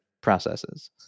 processes